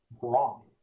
wrong